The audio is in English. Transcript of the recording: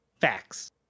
facts